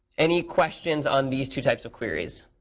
any questions on these two types of queries?